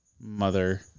mother